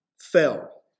fell